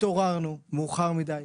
התעוררנו מאוחר מדי,